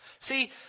See